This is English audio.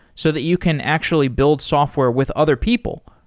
so that you can actually build software with other people,